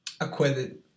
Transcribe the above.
acquitted